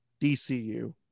DCU